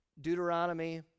Deuteronomy